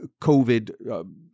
COVID